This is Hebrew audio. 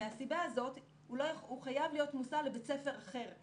מהסיבה הזאת הוא חייב להיות מוסע לבית ספר אחר.